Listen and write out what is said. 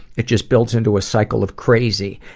it just builds into a cycle of crazy,